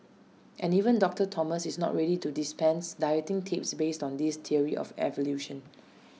and even doctor Thomas is not ready to dispense dieting tips based on this theory of evolution